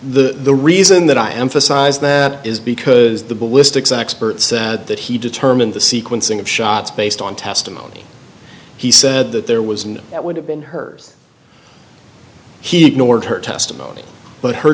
and the reason that i emphasize that is because the ballistics expert said that he determined the sequencing of shots based on testimony he said that there was and that would have been heard he ignored her testimony but her